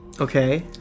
Okay